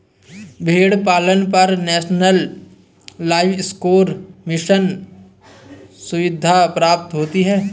भेड़ पालन पर नेशनल लाइवस्टोक मिशन सुविधा प्राप्त होती है